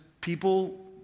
people